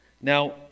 Now